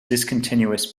discontinuous